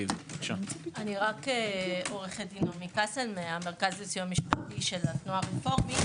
אני מהמרכז לסיוע משפטי של התנועה הרפורמית.